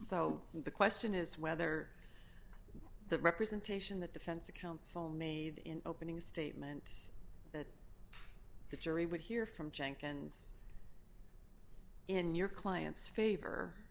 so the question is whether the representation the defense counsel made in opening statement that the jury would hear from jenkins in your client's favor